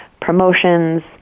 promotions